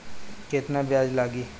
केतना ब्याज लागी?